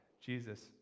Jesus